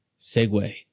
segue